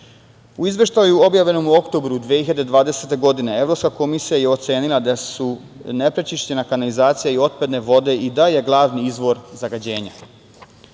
Izveštaju objavljenom u oktobru 2020. godine, Evropska komisija je ocenila da su neprečišćena kanalizacija i otpadne vode i dalje glavni izvor zagađenja.